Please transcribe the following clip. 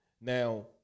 Now